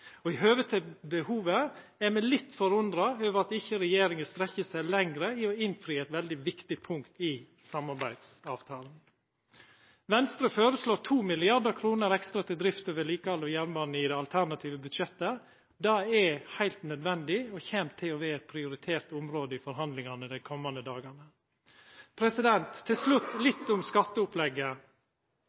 behovet, er me litt forundra over at regjeringa ikkje strekk seg lenger i å innfri eit veldig viktig punkt i samarbeidsavtalen. Venstre føreslår 2 mrd. kr ekstra til drift og vedlikehald av jernbana i det alternative budsjettet. Det er heilt nødvendig og kjem til vera eit prioritert område i forhandlingane dei komande dagane. Til slutt litt om skatteopplegget: